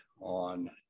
on